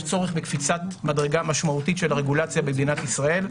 צורך בקפיצת מדרגה משמעותית של הרגולציה במדינת ישראל,